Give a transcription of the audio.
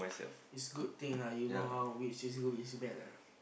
is good thing lah you know how which is good and which is bad lah